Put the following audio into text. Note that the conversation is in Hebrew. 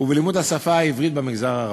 ובלימוד השפה העברית במגזר הערבי.